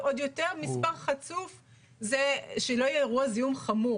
ועוד יותר מספר חצוף שלא יהיה אירוע זיהום חמור.